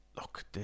look